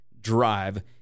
drive